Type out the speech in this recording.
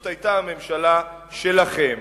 היה הממשלה שלכם.